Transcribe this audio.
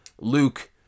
Luke